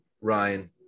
Ryan